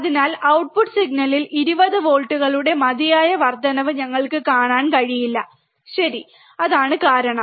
അതിനാൽ ഔട്ട്പുട്ട് സിഗ്നലിൽ 20 വോൾട്ടുകളുടെ മതിയായ വർദ്ധനവ് ഞങ്ങൾക്ക് കാണാൻ കഴിയില്ല ശരി അതാണ് കാരണം